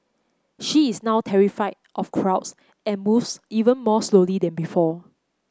she is now terrified of crowds and moves even more slowly than before